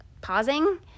pausing